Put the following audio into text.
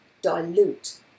dilute